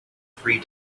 three